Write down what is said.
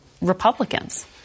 Republicans